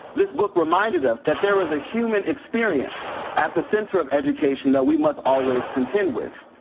this book reminded us that there is a human experience at the center of education that we must always contend with.